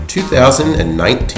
2019